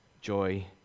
joy